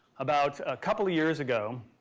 about a couple of years ago